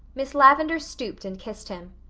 miss lavendar stooped and kissed him.